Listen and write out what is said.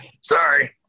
Sorry